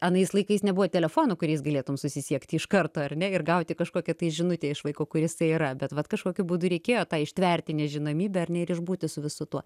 anais laikais nebuvo telefonų kuriais galėtum susisiekti iš karto ar ne ir gauti kažkokią tai žinutę iš vaiko kur isai yra bet vat kažkokiu būdu reikėjo tą ištverti nežinomybę ar ne ir išbūti su visu tuo